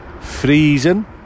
freezing